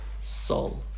soul